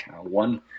one